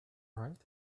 right